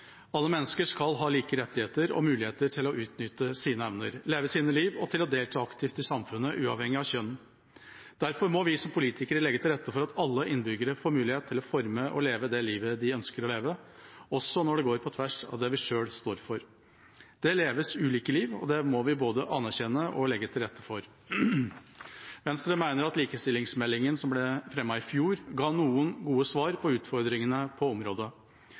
Alle mennesker skal ha like rettigheter og muligheter til å utnytte sine evner, leve sine liv og til å delta aktivt i samfunnet – uavhengig av kjønn. Derfor må vi som politikere legge til rette for at alle innbyggere får mulighet til å forme og leve det livet de ønsker å leve, også når det går på tvers av det vi selv står for. Det leves ulike liv, og det må vi både anerkjenne og legge til rette for. Venstre mener at likestillingsmeldinga som ble fremmet i fjor, ga noen gode svar på utfordringene på området.